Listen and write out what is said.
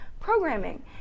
programming